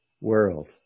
world